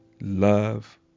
Love